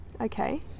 Okay